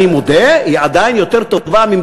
אני מודה שהיא עדיין יותר טובה מאשר